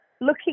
looking